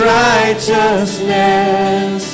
righteousness